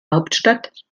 hauptstadt